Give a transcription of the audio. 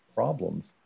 problems